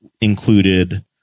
included